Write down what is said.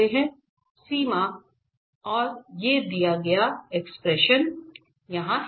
सीमा हैं